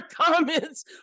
comments